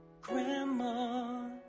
grandma